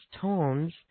tones